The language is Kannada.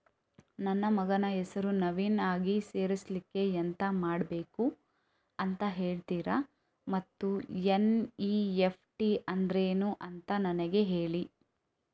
ನನ್ನ ಮಗನ ಹೆಸರನ್ನು ನಾಮಿನಿ ಆಗಿ ಸೇರಿಸ್ಲಿಕ್ಕೆ ಎಂತ ಮಾಡಬೇಕು ಅಂತ ಹೇಳ್ತೀರಾ ಮತ್ತು ಎನ್.ಇ.ಎಫ್.ಟಿ ಅಂದ್ರೇನು ಅಂತ ನನಗೆ ಹೇಳಿ